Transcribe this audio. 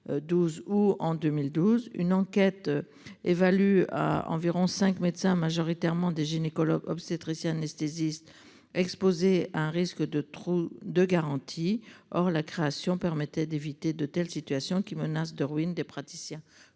ou en 2012 une enquête évalue à environ 5 médecins majoritairement des gynécologues obstétriciens, anesthésistes exposés à un risque de trop de garantie. Or la création permettait d'éviter de telles situations qui menace de ruine des praticiens